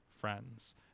friends